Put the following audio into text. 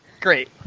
Great